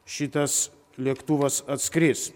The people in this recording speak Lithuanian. šitas lėktuvas atskris